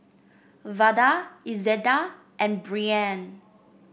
Vada Izetta and Brianne